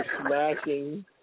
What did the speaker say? smashing